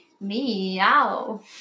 Meow